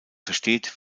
versteht